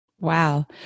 Wow